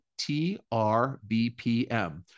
TRBPM